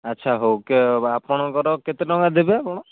ଆଚ୍ଛା ହେଉ ଆପଣଙ୍କର କେତେ ଟଙ୍କା ଦେବେ ଆପଣ